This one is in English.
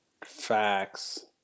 facts